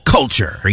Culture